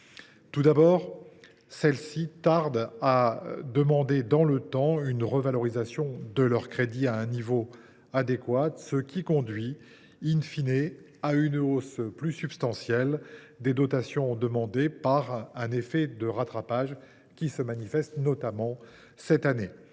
Tout d’abord, les institutions tardent à demander une revalorisation de leurs crédits à un niveau adéquat, ce qui conduit,, à une hausse plus substantielle des dotations demandées, par un effet de rattrapage, qui se manifeste en particulier cette année.